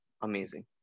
Amazing